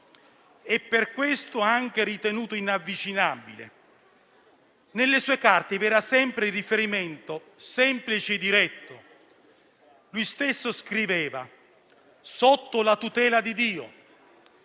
e per questo anche ritenuto inavvicinabile. Nelle sue carte vi era sempre il riferimento semplice e diretto. Lui stesso scriveva: «Sotto la tutela di Dio»,